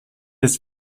his